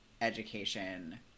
education